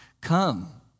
Come